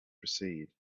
proceed